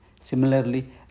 similarly